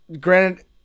granted